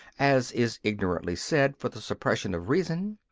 as is ignorantly said, for the suppression of reason.